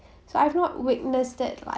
so I have not witnessed that like